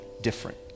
different